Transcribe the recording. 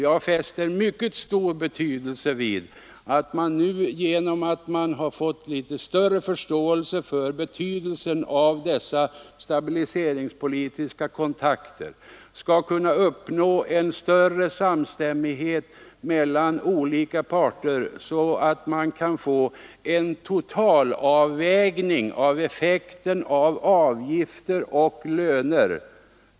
Jag anser den förbättrade förståelsen för betydelsen av stabiliseringspolitiska konferenser vara mycket värdefull och menar att man därigenom får förutsättningar att uppnå en större samstämmighet mellan olika parter i vad gäller en totalavvägning av effekten av avgifter och löner.